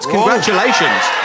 Congratulations